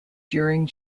during